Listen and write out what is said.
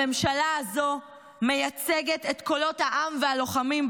הממשלה הזו מייצגת את קולות העם והלוחמים,